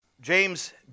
James